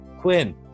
Quinn